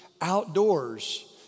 outdoors